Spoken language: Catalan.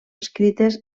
escrites